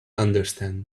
understand